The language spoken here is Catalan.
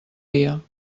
dia